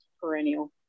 perennial